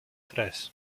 tres